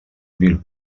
mil